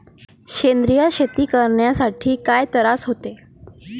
सेंद्रिय शेती करतांनी काय तरास होते?